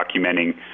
documenting